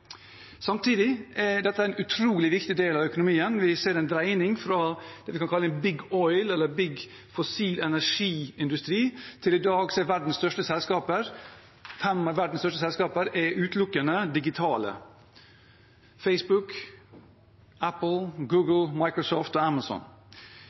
Samtidig er dette en utrolig viktig del av økonomien. Vi ser en dreining fra det vi kaller Big Oil, eller storindustri basert på fossil energi, til dagens situasjon, hvor fem av verdens største selskaper er utelukkende digitale: Facebook,